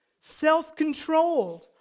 self-controlled